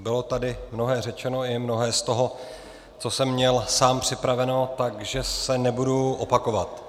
Bylo tady mnohé řečeno, i mnohé z toho, co jsem měl sám připraveno, takže se nebudu opakovat.